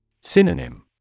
Synonym